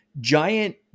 giant